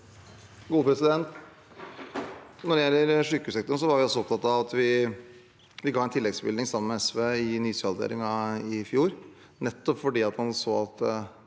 Når det gjelder sykehussektoren, var jeg opptatt av at vi skulle gi en tilleggsbevilgning, sammen med SV, i nysalderingen i fjor. Nettopp fordi man så at